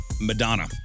Madonna